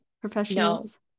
professionals